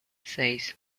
seis